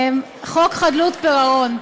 חוק חדלות פירעון,